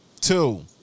Two